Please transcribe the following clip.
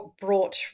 brought